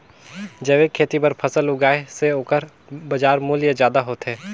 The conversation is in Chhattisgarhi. जैविक खेती बर फसल उगाए से ओकर बाजार मूल्य ज्यादा होथे